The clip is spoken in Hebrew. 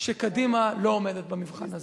שקדימה לא עומדת במבחן הזה.